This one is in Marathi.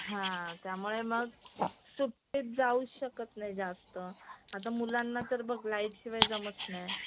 हां त्यामुळे मग सुट्टीत जाऊच शकत नाही जास्त आता मुलांना तर बघ लाईटशिवाय जमत नाही